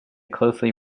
closely